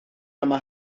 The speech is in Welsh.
yma